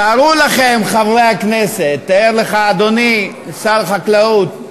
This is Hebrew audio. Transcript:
תארו לכם, חברי הכנסת, תאר לך, אדוני שר החקלאות,